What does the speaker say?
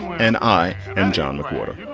and i am john mcwhorter